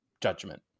judgment